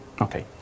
okay